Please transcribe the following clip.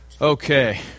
Okay